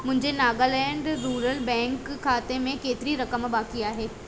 मुंहिंजे Nagaland rural bank खाते में केतिरी रक़म बाक़ी आहे